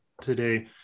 today